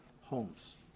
homes